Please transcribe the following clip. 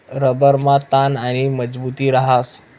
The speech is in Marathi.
रबरमा ताण आणि मजबुती रहास